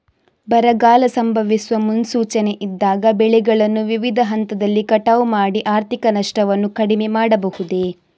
ಬರಗಾಲ ಸಂಭವಿಸುವ ಮುನ್ಸೂಚನೆ ಇದ್ದಾಗ ಬೆಳೆಗಳನ್ನು ವಿವಿಧ ಹಂತದಲ್ಲಿ ಕಟಾವು ಮಾಡಿ ಆರ್ಥಿಕ ನಷ್ಟವನ್ನು ಕಡಿಮೆ ಮಾಡಬಹುದೇ?